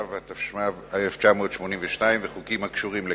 התשמ"ב 1982, וחוקים הקשורים לכך,